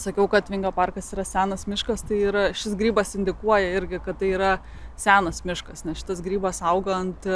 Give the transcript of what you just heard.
sakiau kad vingio parkas yra senas miškas tai yra šis grybas indikuoja irgi kad tai yra senas miškas nes šitas grybas augo ant